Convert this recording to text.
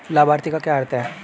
लाभार्थी का क्या अर्थ है?